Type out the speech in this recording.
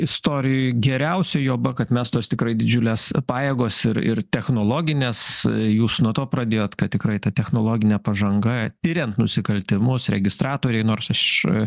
istorijoj geriausia juoba kad mes tos tikrai didžiulės pajėgos ir ir technologinės jūs nuo to pradėjot kad tikrai ta technologinė pažanga tiriant nusikaltimus registratoriai nors aš